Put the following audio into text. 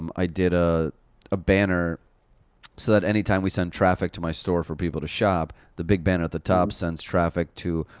um i did a ah banner so that any time we send traffic to my store for people to shop, the big banner at the top sends traffic to.